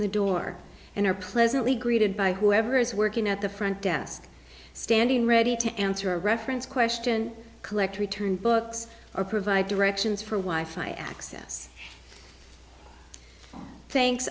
the door and are pleasantly greeted by whoever is working at the front desk standing ready to answer a reference question collect return books or provide directions for wife i access th